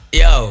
yo